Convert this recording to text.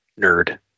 nerd